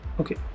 okay